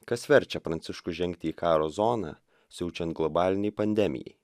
kas verčia pranciškų žengti į karo zoną siaučiant globalinei pandemijai